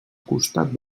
costat